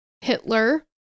Hitler